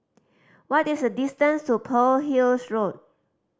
what is the distance to Pearl Hill Road